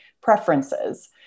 preferences